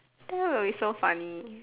that will be so funny